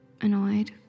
annoyed